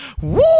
Woo